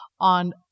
on